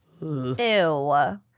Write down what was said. Ew